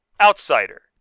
Outsider